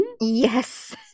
Yes